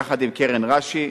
יחד עם קרן רש"י.